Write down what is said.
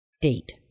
date